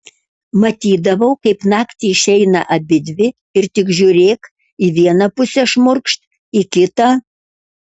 matydavau kaip naktį išeina abidvi ir tik žiūrėk į vieną pusę šmurkšt į kitą